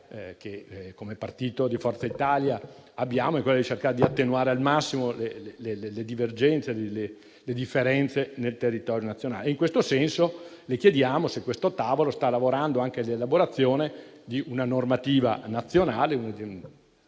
come partito di Forza Italia è quella di cercare di attenuare al massimo le divergenze sul territorio nazionale e in questo senso le chiediamo se questo tavolo sta lavorando anche all'elaborazione di una normativa nazionale